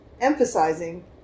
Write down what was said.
emphasizing